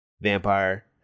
vampire